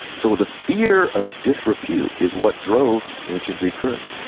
so the fear of disrepute is what drove ancient greek courage.